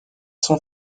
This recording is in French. son